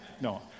No